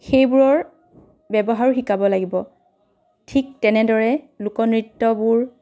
সেইবোৰৰ ব্যৱহাৰো শিকাব লাগিব ঠিক তেনেদৰে লোক নৃত্যবোৰ